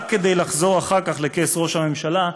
רק כדי לחזור אחר כך לכס ראש הממשלה,